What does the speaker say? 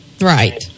right